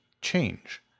change